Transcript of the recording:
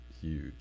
huge